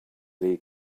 lee